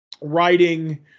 writing